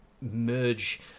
merge